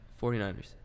49ers